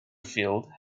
field